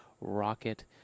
rocket